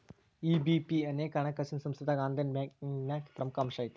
EBP ಅನೇಕ ಹಣಕಾಸಿನ್ ಸಂಸ್ಥಾದಾಗ ಆನ್ಲೈನ್ ಬ್ಯಾಂಕಿಂಗ್ನ ಪ್ರಮುಖ ಅಂಶಾಐತಿ